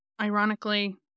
ironically